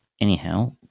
Anyhow